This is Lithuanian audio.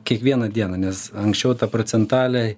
kiekvieną dieną nes anksčiau tą procentalei